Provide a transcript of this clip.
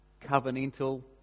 Covenantal